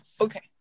Okay